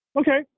Okay